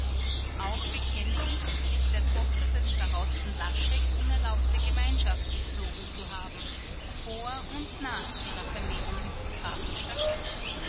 auch bekenne ich mit der tochter des starosten laschek unerlaubte gemeinschaft gepflogen zu haben vor und nach ihrer vermählung mit dem grafen